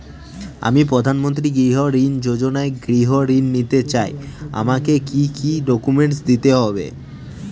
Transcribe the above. আমি প্রধানমন্ত্রী গৃহ ঋণ যোজনায় গৃহ ঋণ নিতে চাই আমাকে কি কি ডকুমেন্টস দিতে হবে?